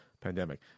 pandemic